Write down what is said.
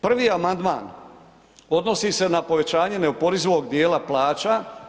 Prvi amandman odnosi se na povećanje neoporezivog djela plaća.